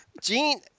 Gene